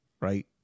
right